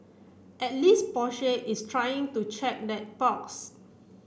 at least Porsche is trying to check that box